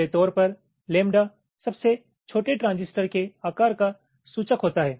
मोटे तौर पर लैम्बडा सबसे छोटे ट्रांजिस्टर के आकार का सूचक होता है